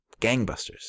gangbusters